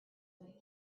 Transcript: what